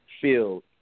field